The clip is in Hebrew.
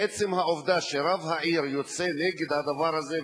עצם העובדה שרב העיר יוצא נגד הדבר הזה,